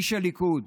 איש הליכוד,